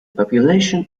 population